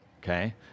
Okay